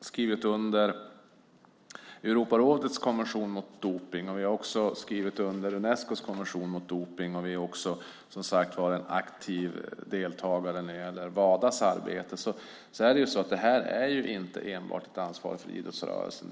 skrivit under Europarådets konvention mot dopning och Unescos konvention mot dopning och också som sagt är en aktiv deltagare när det gäller Wadas arbete är det här inte enbart ett ansvar för idrottsrörelsen.